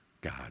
God